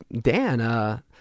Dan